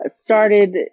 started